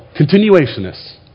continuationists